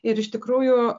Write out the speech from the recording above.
ir iš tikrųjų